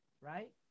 right